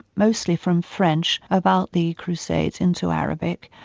mostly from french, about the crusades into arabic,